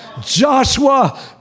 Joshua